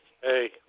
Hey